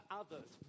others